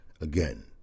Again